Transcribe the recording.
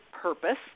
purpose